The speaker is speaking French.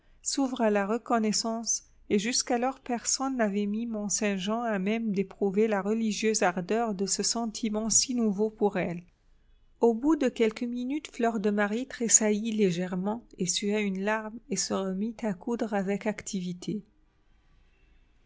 s'ouvre à la reconnaissance et jusqu'alors personne n'avait mis mont-saint-jean à même d'éprouver la religieuse ardeur de ce sentiment si nouveau pour elle au bout de quelques minutes fleur de marie tressaillit légèrement essuya une larme et se remit à coudre avec activité